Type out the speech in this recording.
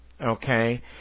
okay